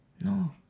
No